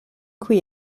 cui